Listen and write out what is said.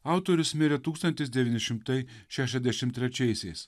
autorius mirė tūkstantis devyni šimtai šešiasdešim trečiaisiais